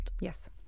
Yes